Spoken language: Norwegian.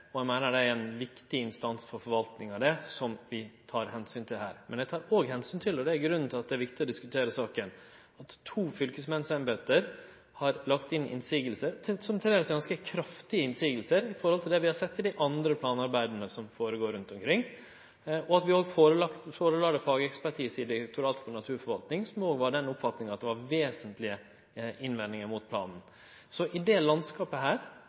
og eg meiner ho er ein viktig instans for forvaltinga av dette som vi tek omsyn til her. Men eg tek òg omsyn til – og det er grunnen til at det er viktig å diskutere saka – at to fylkesmannsembete har lagt inn motsegner, som til dels er ganske kraftige motsegner, jamført med det vi har sett i dei andre planarbeida som går føre seg rundt omkring, og vi la det fram for fagekspertise i Direktoratet for naturforvaltning, som òg hadde vesentlege motsegner mot planen. Så i dette landskapet